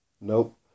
Nope